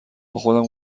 خودم